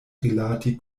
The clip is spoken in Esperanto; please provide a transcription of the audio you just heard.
rilati